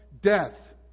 death